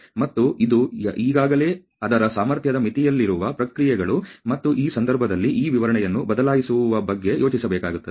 ಮತ್ತು ಇದು ಈಗಾಗಲೇ ಅದರ ಸಾಮರ್ಥ್ಯದ ಮಿತಿಯಲ್ಲಿರುವ ಪ್ರಕ್ರಿಯೆಗಳು ಮತ್ತು ಈ ಸಂದರ್ಭದಲ್ಲಿ ಈ ವಿವರಣೆಯನ್ನು ಬದಲಾಯಿಸುವ ಬಗ್ಗೆ ಯೋಚಿಸಬೇಕಾಗುತ್ತದೆ